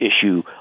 issue